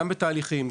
גם בתהליכים,